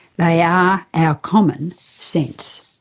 they are our common sense.